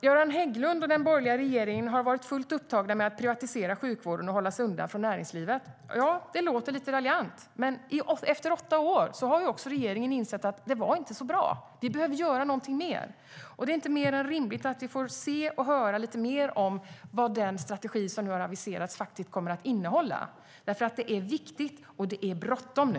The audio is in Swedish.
Göran Hägglund och den borgerliga regeringen har varit fullt upptagna med att privatisera sjukvården och hålla sig undan från näringslivet. Ja, det låter lite raljant, men efter åtta år har också regeringen insett att det inte var så bra. Man behöver göra någonting mer. Och det är inte mer än rimligt att vi får höra lite mer om vad den strategi som nu har aviserats kommer att innehålla. Detta är nämligen viktigt, och det är bråttom nu.